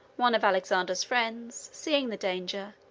one of alexander's friends, seeing the danger,